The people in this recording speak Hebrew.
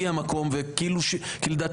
אדוני היושב-ראש, שתי הערות.